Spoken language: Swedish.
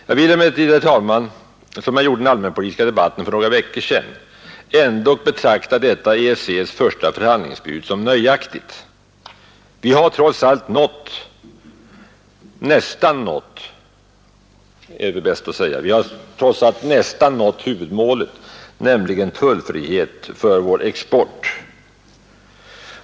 Jag vill emellertid, herr talman, som jag gjorde i den allmänpolitiska debatten för några veckor sedan, ändock betrakta detta EEC:s första förhandlingsbud som nöjaktigt. Vi har trots allt nästan nått huvudmålet, nämligen tullfrihet för vår export.